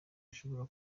ashobora